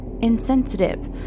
insensitive